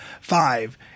five